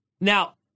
Now